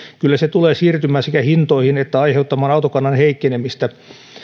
kyllä se tulee sekä siirtymään hintoihin että aiheuttamaan autokannan heikkenemistä